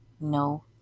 no